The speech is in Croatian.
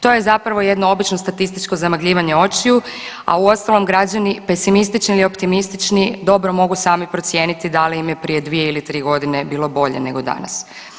To je zapravo jedno obično statističko zamagljivanje očiju, a uostalom građani pesimistični ili optimistični dobro mogu sami procijeniti da li im je prije 2 ili 3 godine bilo bolje nego danas.